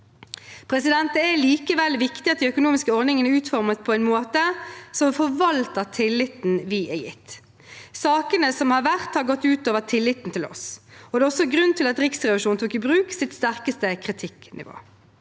sitt. Det er likevel viktig at de økonomiske ordningene er utformet på en måte som forvalter tilliten vi er gitt. Sakene som har vært, har gått ut over tilliten til oss, og det er også grunnen til at Riksrevisjonen tok i bruk sitt sterkeste kritikknivå.